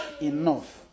enough